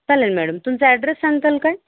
चालेल मॅडम तुमचा ॲड्रेस सांगताल काय